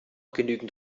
genügend